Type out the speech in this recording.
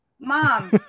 mom